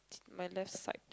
my left side